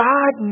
God